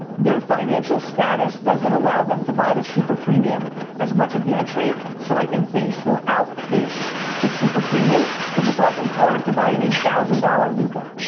their financial status doesn't allow them to buy the super premium as much of the entry so i think base will outpace the super premium cause it's awfully hard to buy an eight thousand dollars luka.